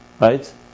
Right